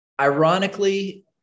ironically